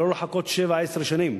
ולא לחכות שבע עשר שנים.